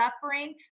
suffering